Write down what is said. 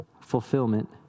fulfillment